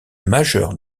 majeure